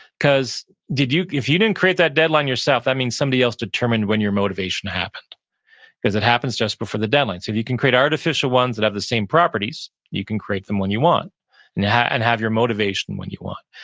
because if you didn't create that deadline yourself, that means somebody else determined when your motivation happened because it happens just before the deadline. so you can create artificial ones that have the same properties, you can create them when you want now and have your motivation when you want.